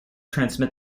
transmit